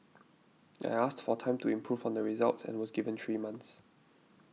I asked for time to improve on the results and was given three months